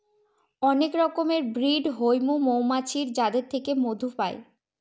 অনেক রকমের ব্রিড হৈমু মৌমাছির যাদের থেকে মধু পাই